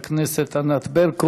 התשע"ז 2017, שהחזירה ועדת העבודה,